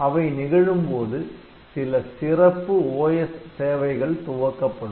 அவை நிகழும் போது சில சிறப்பு OS சேவைகள் துவக்கப்படும்